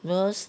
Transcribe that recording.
cause